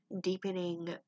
deepening